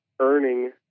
earning